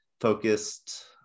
focused